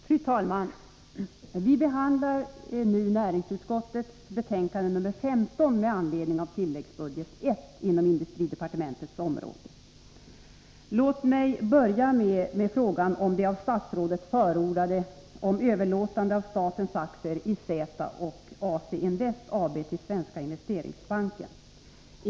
Fru talman! Vi behandlar nu näringsutskottets betänkande 15 med anledning av tilläggsbudget I inom industridepartementets område. Låt mig börja med frågan om regionalpolitiskt stöd, där föredragande statsråd förordat överlåtelse av statens aktier i Z-Invest AB och AC-Invest AB till Sveriges Investeringsbank AB.